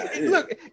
look